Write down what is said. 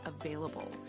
available